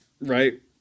right